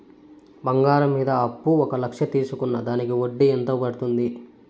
బంగారం మీద అప్పు ఒక లక్ష తీసుకున్న దానికి వడ్డీ ఎంత పడ్తుంది?